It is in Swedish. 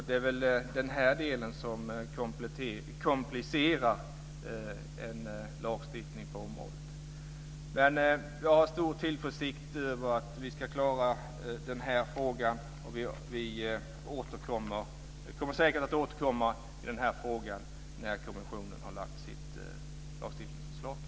Det är den här delen som komplicerar en lagstiftning på området. Jag har stor tillförsikt att vi ska klara den här frågan. Vi kommer säkert att återkomma till frågan när kommissionen har lagt fram sitt lagstiftningsförslag.